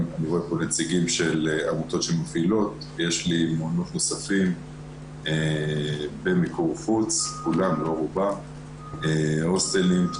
מעונות נוספים במיקור חוץ, יש הוסטלים, יש